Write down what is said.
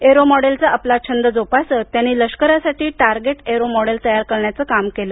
arrow मॉडेलचा आपला छंद जोपासत त्यांनी लष्करासाठी टार्गेट एरो मॉडेल तयार करण्याचं काम केलं